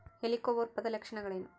ಹೆಲಿಕೋವರ್ಪದ ಲಕ್ಷಣಗಳೇನು?